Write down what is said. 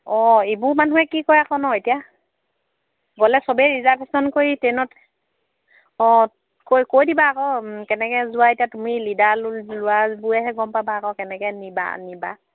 অঁ এইবোৰ মানুহে কি কয় আকৌ ন এতিয়া গ'লে চবেই ৰিজাৰ্ভেশ্যন কৰি ট্ৰেইনত অঁ কৈ কৈ দিবা আকৌ কেনেকৈ যোৱা এতিয়া তুমি লিডাৰ লোৱাবোৰেহে গম পাবা আকৌ কেনেকৈ নিবা নিবা